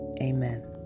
Amen